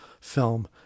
film